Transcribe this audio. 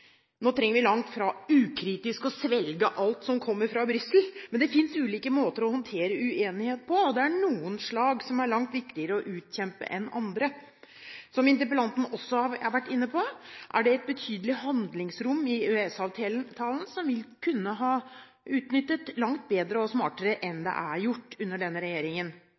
Nå trenger vi langt fra ukritisk å svelge alt som kommer fra Brussel, men det finnes ulike måter å håndtere uenighet på. Det er noen slag som er langt viktigere å utkjempe enn andre. Som interpellanten også har vært inne på, er det et betydelig handlingsrom i EØS-avtalen, som vi kunne ha utnyttet langt bedre og smartere enn det er blitt gjort under denne regjeringen.